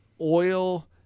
oil